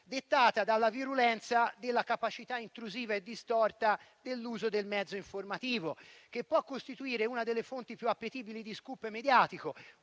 dettata dalla virulenza della capacità intrusiva e distorta dell'uso del mezzo informativo, che può costituire una delle fonti più appetibili di *scoop* mediatico,